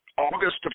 August